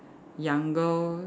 younger